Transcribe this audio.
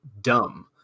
dumb